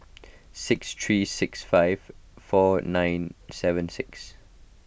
six three six five four nine seven six